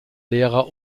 lehrer